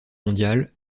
mondiale